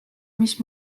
mis